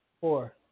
Four